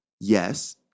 yes